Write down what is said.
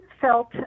felt